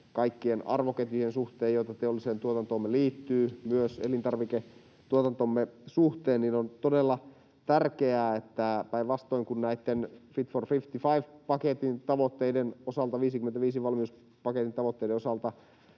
kaikkien arvoketjujen suhteen, joita teolliseen tuotantoomme liittyy, myös elintarviketuotantomme suhteen — niin on todella tärkeää, että päinvastoin kuin näiden 55-valmiuspaketin tavoitteiden osalta